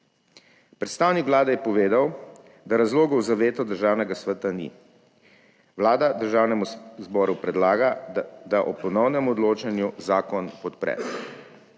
Predstavnik Vlade je povedal, da razlogov za veto Državnega sveta ni. Vlada Državnemu zboru predlaga, da ob ponovnem odločanju zakon podpre.